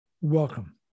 welcome